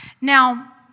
Now